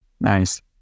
Nice